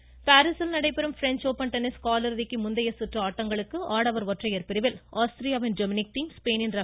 tennis பாரிசில் நடைபெறும் French Open tennis காலிறுதிக்கு முந்தைய சுற்று ஆட்டங்களுக்கு ஆடவர் ஒற்றையர் பிரிவில் ஆஸ்திரியாவின் டோம்னிக் தீம் ஸ்பெயினின் ர